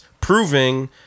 proving